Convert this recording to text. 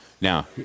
Now